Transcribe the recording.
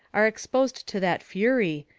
are exposed to that fury,